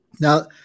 Now